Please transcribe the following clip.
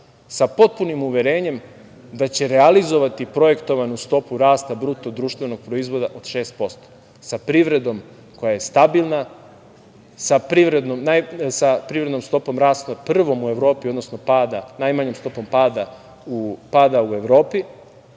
sa potpunim uverenjem da će realizovati projektovanu stopu rasta BDP od 6%, sa privredom koja je stabilna, sa privrednom stopom rasta prvom u Evropi, odnosno pada, najmanjom stopom pada u Evropi